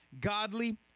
godly